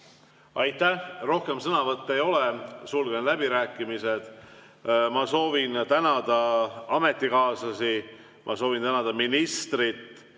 Aitäh! Rohkem sõnavõtte ei ole, sulgen läbirääkimised. Ma soovin tänada ametikaaslasi. Ma soovin tänada ministrit